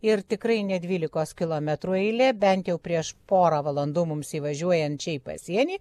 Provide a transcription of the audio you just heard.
ir tikrai ne dvylikos kilometrų eilė bent jau prieš porą valandų mums įvažiuojant čia į pasienį